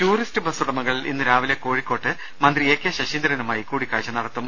tourist ബസുടമകൾ ഇന്നു രാവിലെ കോഴിക്കോട്ട് മന്ത്രി എ കെ ശശീന്ദ്രനുമായി കൂടികാഴ്ച നടത്തും